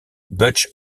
butch